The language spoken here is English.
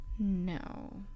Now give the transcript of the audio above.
no